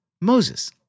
Moses